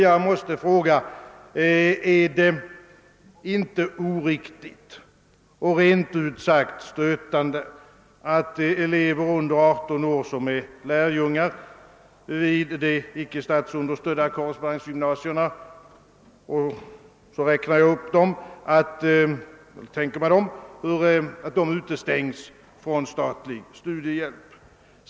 Jag måste också fråga om det inte är oriktigt och rent ut sagt stötande alt elever under 18 år vid de icke statsunderstödda <korrespondensgymnasierna utestängs från statlig studiehjälp?